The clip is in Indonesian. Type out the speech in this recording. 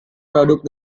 produk